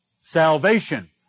salvation